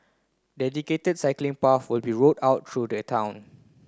dedicated cycling paths will be rolled out through the town